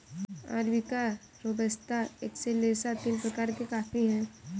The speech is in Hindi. अरबिका रोबस्ता एक्सेलेसा तीन प्रकार के कॉफी हैं